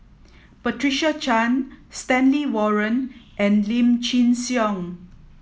Patricia Chan Stanley Warren and Lim Chin Siong